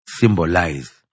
symbolize